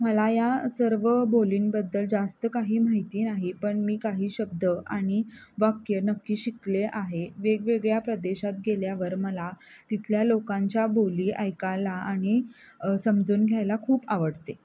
मला या सर्व बोलींबद्दल जास्त काही माहिती नाही पण मी काही शब्द आणि वाक्य नक्की शिकले आहे वेगवेगळ्या प्रदेशात गेल्यावर मला तिथल्या लोकांच्या बोली ऐकायला आणि समजून घ्यायला खूप आवडते